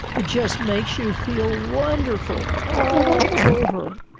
it just makes you feel wonderful all over.